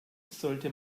sollte